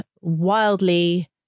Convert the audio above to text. wildly